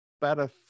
better